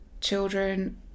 children